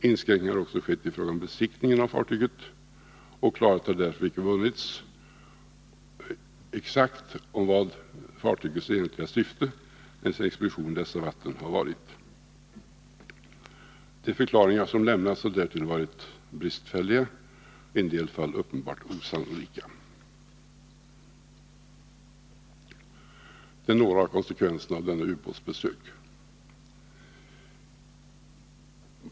Inskränkning har också skett i fråga om besiktningen av fartyget, och klarhet har därför icke vunnits exakt om vad fartygets egentliga syfte med expeditionen i dessa vatten har varit. De förklaringar som lämnats har därtill varit bristfälliga och i en del fall uppenbart osannolika. Detta är några av konsekvenserna av denna ubåts besök.